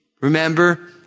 Remember